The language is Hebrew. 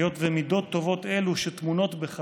היות שמידות טובות אלו שטמונות בך